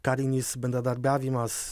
karinis bendradarbiavimas